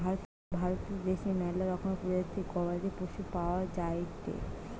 ভারত দ্যাশে ম্যালা রকমের প্রজাতির গবাদি পশু পাওয়া যায়টে